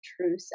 true